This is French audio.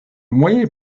moyen